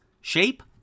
Shape